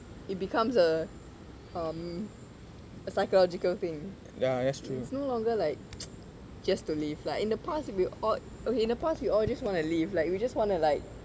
it becomes a um psychological thing ya it's no longer like just to live like in the past we all okay in the past we all just wanna live like we just wanna like